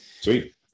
Sweet